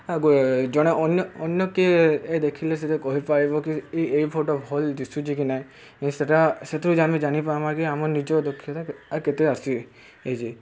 ଆ ଜଣେ ଅନ୍ୟ ଅନ୍ୟ କିଏ ଏ ଦେଖିଲେ ସେ କହିପାରିବ କି ଏଇ ଫଟୋ ଭଲ୍ ଦିଶୁଛି କି ନାହିଁ ସେଟା ସେଥିରୁ ଆମେ ଜାଣିପାରମା କି ଆମ ନିଜ ଦକ୍ଷତା ଆ କେତେ ଆସିବେ ଏଇ ଯେ